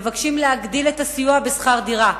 מבקשים להגדיל את הסיוע בשכר דירה,